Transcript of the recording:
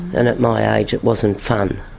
and at my age it wasn't fun.